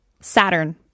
Saturn